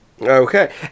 okay